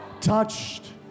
Touched